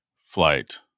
flight